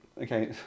Okay